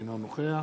אינו נוכח